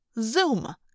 Zoom